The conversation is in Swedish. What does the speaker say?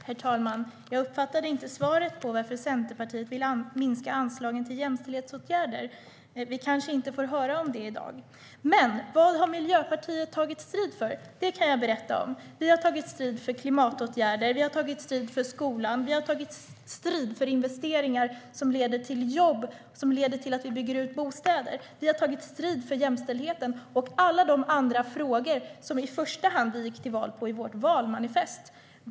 Herr talman! Jag uppfattade inte svaret på varför Centerpartiet vill minska anslagen till jämställdhetsåtgärder. Vi kanske inte får höra om det i dag. Men jag kan berätta vad Miljöpartiet har tagit strid för. Vi har tagit strid för klimatåtgärder, vi har tagit strid för skolan, vi har tagit strid för investeringar som leder till jobb och till att vi bygger bostäder och vi har tagit strid för jämställdheten och alla andra frågor i vårt valmanifest som vi i första hand gick till val på.